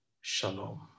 shalom